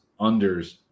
unders